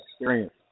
experience